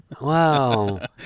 Wow